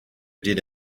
did